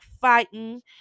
fighting